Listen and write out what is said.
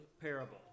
parable